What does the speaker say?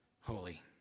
holy